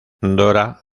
dora